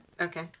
Okay